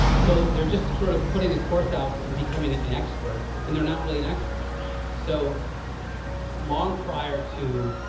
so they're just sort of putting a course out and becoming an an expert and they're not really an expert so long prior to